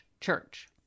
church